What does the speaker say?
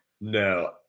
No